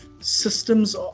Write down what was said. systems